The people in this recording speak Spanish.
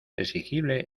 exigible